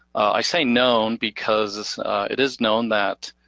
i say known because it is known that,